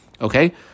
Okay